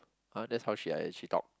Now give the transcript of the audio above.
uh that's how she I actually talk